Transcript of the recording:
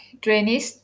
drainage